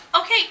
okay